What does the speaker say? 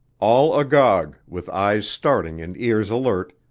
all agog, with eyes starting and ears alert,